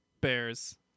Bears